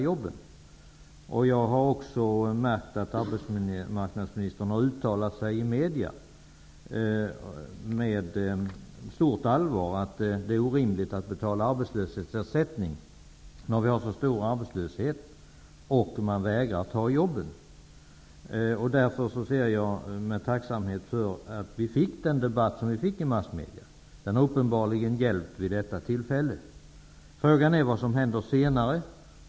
Jag har också märkt att arbetsmarknadsministern har uttalat sig i media med stort allvar om att det är orimligt att betala ut arbetslöshetsersättning när man vägrar ta jobb och vi har så stor arbetslöshet. Därför ser jag med tacksamhet att vi fick denna debatt i massmedia. Den har uppenbarligen hjälpt vid detta tillfälle. Frågan är vad som händer senare.